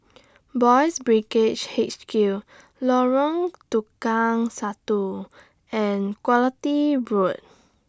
Boys' Brigade H Q Lorong Tukang Satu and Quality Road